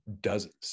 dozens